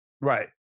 Right